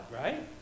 right